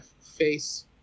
face